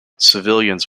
civilians